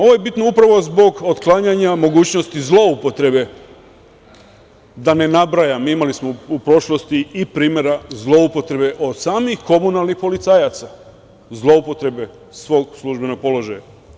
Ovo je bitno upravo zbog otklanjanja mogućnosti zloupotrebe, a da ne nabrajam, imali smo u prošlosti i primera zloupotreba od samih komunalnih policajaca, zloupotrebe svog službenog položaja.